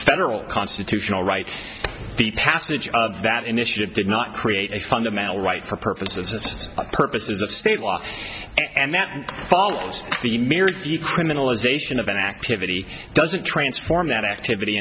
federal constitutional right the passage of that initiative did not create a fundamental right for purpose of the purposes of state law and that the mere decriminalization of an activity doesn't transform that activity